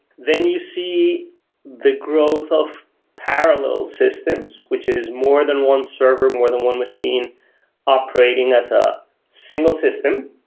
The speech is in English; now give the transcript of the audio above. then you see the growth of parallel systems, which is more than one server, more than one machine operating as a single system.